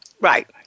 Right